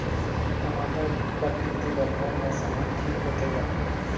टमाटर कर खेती बर कोन मौसम हर ठीक होथे ग?